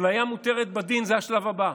אפליה מותרת בדין, זה השלב הבא,